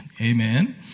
Amen